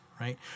right